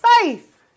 faith